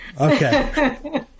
Okay